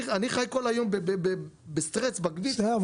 אני חי כל היום בסטרס בכביש --- בסדר,